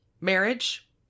marriage